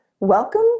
Welcome